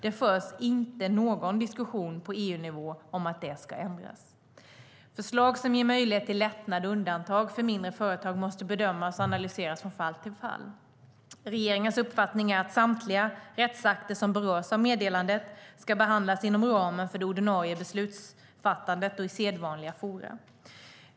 Det förs inte någon diskussion på EU-nivå om att det ska ändras. Förslag som ger möjligheter till lättnader och undantag för mindre företag måste bedömas och analyseras från fall till fall. Regeringens uppfattning är att samtliga rättsakter som berörs av meddelandet ska behandlas inom ramen för det ordinarie beslutsfattandet och i sedvanliga forum.